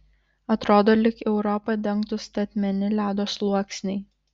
atrodo lyg europą dengtų statmeni ledo sluoksniai